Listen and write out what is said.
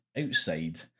outside